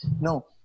no